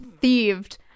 thieved